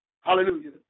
Hallelujah